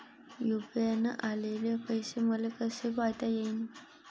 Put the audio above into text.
UPI न आलेले पैसे मले कसे पायता येईन?